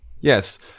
Yes